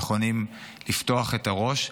נכונים לפתוח את הראש,